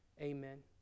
Amen